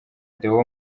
deo